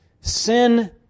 sin